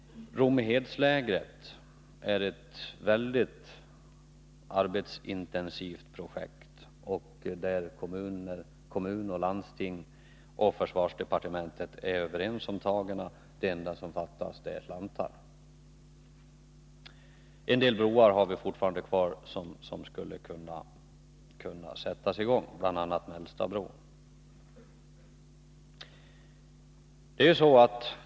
Rommehedslägret är ett mycket arbetsintensivt projekt, där kommunen, landstinget och försvarsdepartementet är överens om tagen; det enda som fattas är slantar. Och vi har fortfarande en del brobyggnadsarbeten som skulle kunna sättas i gång. Det gäller bl.a. Mellstabron.